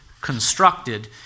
constructed